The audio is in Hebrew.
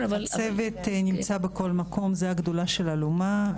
הצוות נמצא בכל מקום, זו הגדולה של אלומה.